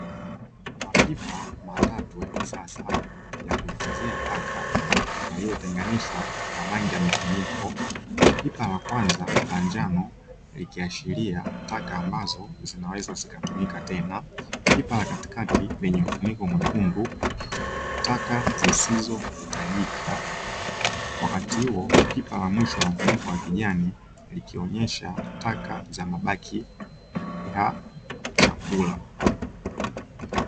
Mapipa matatu ya kisasa ya kuhifadhia taka yaliyotenganishwa kwa rangi ya mifuniko. Pipa la kwanza la njano likiashiria taka ambazo zinaweza zikatumika tena; pipa la katikati lenye mfuniko mwekundu, taka zisizohitajika; wakati huo pipa la mwisho la mfuniko wa kijani likionyesha taka za mabaki ya chakula.